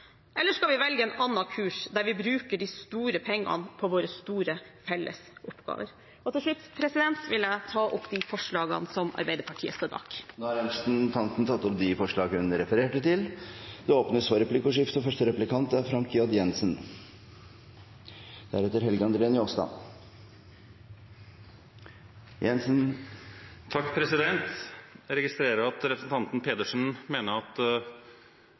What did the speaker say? eller skal vi velge en annen kurs, der vi bruker de store pengene på våre store, felles oppgaver? Til slutt vil jeg ta opp de forslagene som Arbeiderpartiet står bak. Representanten Helga Pedersen har tatt opp de forslagene hun refererte til. Det blir replikkordskifte. Jeg registrerer at representanten Pedersen mener at